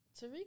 Tariq